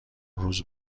روز